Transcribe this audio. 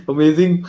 Amazing